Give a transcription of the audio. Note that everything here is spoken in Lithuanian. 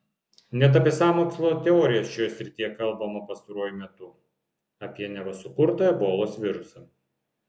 net apie sąmokslo teorijas šioje srityje kalbama pastaruoju metu apie neva sukurtą ebolos virusą